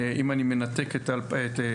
אם אני מנתק את 2021,